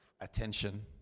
attention